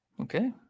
Okay